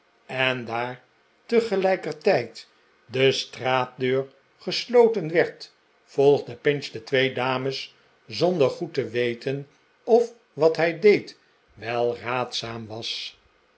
en daar tegelijkertijd de straatdeur gesloten werd volgde pinch de twee dames zonder goed te weten of wat hij deed wel raadzaam was